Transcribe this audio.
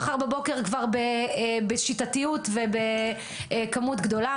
בבוקר כבר בשיטתיות ובכמות גדולה